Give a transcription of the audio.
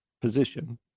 position